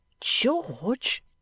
George